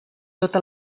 tota